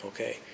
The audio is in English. Okay